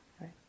right